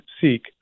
seek